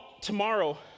tomorrow